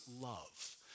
love